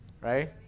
Right